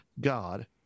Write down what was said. God